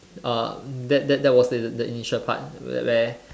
uh that that that was the the initial part where where